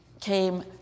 came